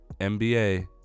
nba